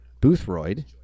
boothroyd